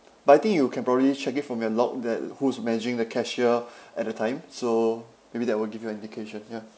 but I think you can probably check it from your log that who's managing the cashier at that time so maybe that will give you an indication ya